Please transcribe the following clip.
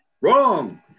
Wrong